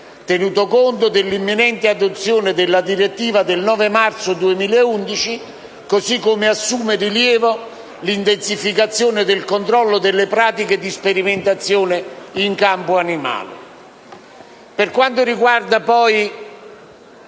tenuto conto dell'imminente adozione della direttiva n. 24 del 9 marzo 2011, cosi come assume rilievo l'intensificazione del controllo delle pratiche di sperimentazione in campo animale.